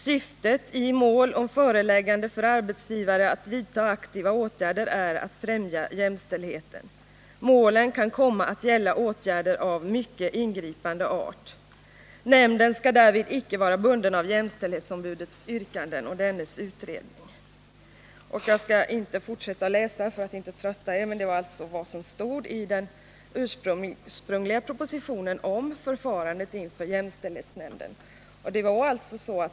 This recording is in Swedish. Syftet i mål om föreläggande för arbetsgivare att vidta aktiva åtgärder är att främja jämställdheten. Målen kan komma att gälla åtgärder av mycket ingripande art. Nämnden skall därvid icke vara bunden av jämställdhetsombudets yrkanden och dennes utredning.” Jag skall, för att inte trötta kammaren, avstå från att fortsätta att citera ur proposition 1978/79:175, men det var detta som skrevs i denna ursprungliga proposition om förfarandet inför jämställdhetsnämnden.